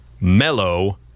mellow